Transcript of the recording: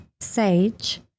sage